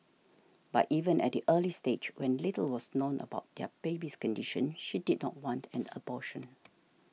but even at the early stage when little was known about her baby's condition she did not want an abortion